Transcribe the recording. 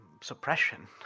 suppression